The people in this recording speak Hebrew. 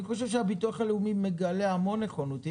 אני חושב שהביטוח הלאומי מגלה המון נכונות.